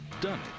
Done